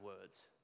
words